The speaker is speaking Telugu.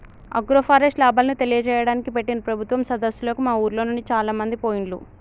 ఆగ్రోఫారెస్ట్ లాభాలను తెలియజేయడానికి పెట్టిన ప్రభుత్వం సదస్సులకు మా ఉర్లోనుండి చాలామంది పోయిండ్లు